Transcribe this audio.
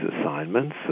assignments